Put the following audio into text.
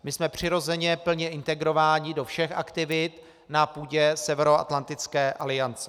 My jsme přirozeně plně integrováni do všech aktivit na půdě Severoatlantické aliance.